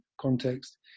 context